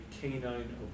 canine